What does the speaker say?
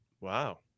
Wow